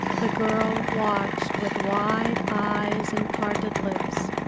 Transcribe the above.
the girl watched with wide eyes and parted lips.